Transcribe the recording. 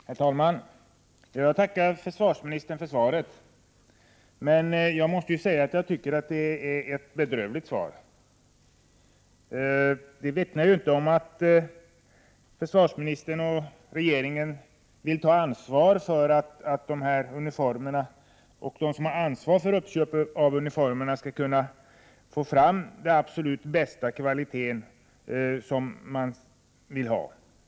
Herr talman! Jag tackar försvarsministern för svaret, men jag måste säga att jag tycker att det är ett bedrövligt svar. Det vittnar ju inte om att försvarsministern och regeringen vill ta ansvar för uniformerna och för att de som har hand om uppköp av uniformerna skall kunna få fram den absolut bästa kvalitet som man eftersträvar.